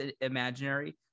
imaginary